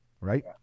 right